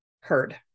heard